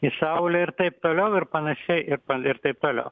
į saulę ir taip toliau ir panašiai ir ir taip toliau